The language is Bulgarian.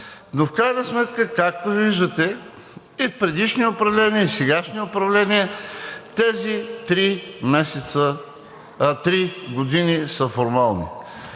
В крайна сметка, както виждате, и в предишни управления, и в сегашни управления тези три години са формални.